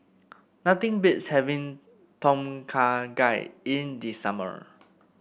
nothing beats having Tom Kha Gai in the summer